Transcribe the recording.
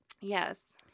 Yes